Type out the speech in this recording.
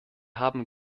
haben